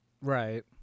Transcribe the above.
Right